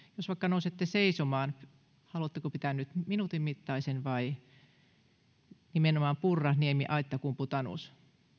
jos vaikka nousette seisomaan jos haluatte pitää nyt minuutin mittaisen nimenomaan purra niemi aittakumpu tanus